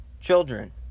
children